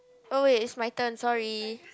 oh wait it's my turn sorry